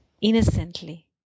innocently